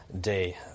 day